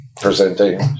presenting